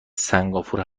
سنگاپور